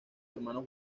hermano